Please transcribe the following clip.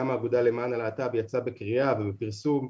גם האגודה למען הלהט"ב יצאה בקריאה ובפרסום,